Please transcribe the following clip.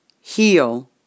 heal